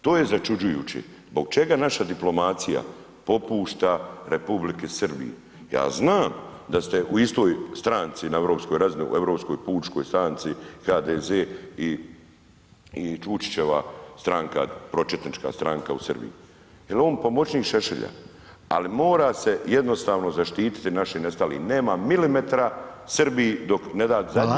To je začuđujuće, zbog čega naša diplomacija popušta Republici Srbiji, ja znam da ste u istoj stranci na europskoj razini, u Europskoj pučkoj stranci, HDZ i Vučićeva stranka, pročetnička stranka u Srbiji jer je pomoćnik Šešelja ali moraju se jednostavno zaštititi naši nestali, nema milimetra Srbiji dok ne da zadnji popis